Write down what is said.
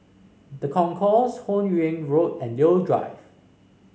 The Concourse Hun Yeang Road and Leo Drive